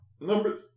Number